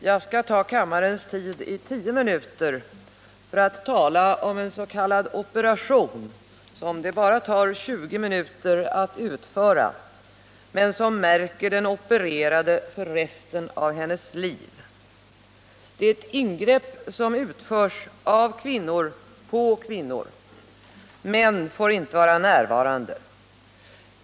Herr talman! Jag skall ta kammarens tid i anspråk i 10 minuter för att tala om en s.k. operation, som det tar endast 20 minuter att utföra men som märker den opererade för resten av hennes liv. Det är ett ingrepp som utförs av kvinnor på kvinnor. Män får inte vara närvarande.